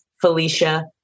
Felicia